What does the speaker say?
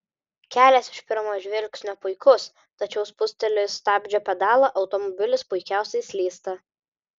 kelias iš pirmo žvilgsnio puikus tačiau spustelėjus stabdžio pedalą automobilis puikiausiai slysta